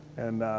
and, ah.